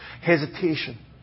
hesitation